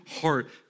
heart